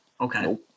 okay